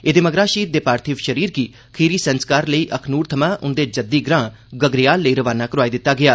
एह्दे मगरा शहीद दे पार्थिव शरीर गी खीरी संस्कार लेई अखनूर थमां ओहदे जद्दी ग्रां गग्रेयाल रवाना करोआई दित्ता गेआ